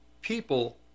people